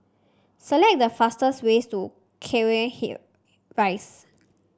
select the fastest way to Cairnhill Rise